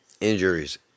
Injuries